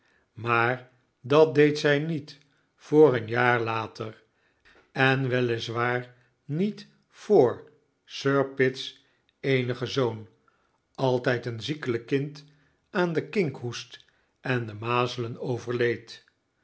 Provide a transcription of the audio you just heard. maar dat deed zij niet voor een jaar later en weliswaar niet voor sir pitt's eenige zoon altijd een ziekelijk kind aan den kinkhoest en de mazelen overleed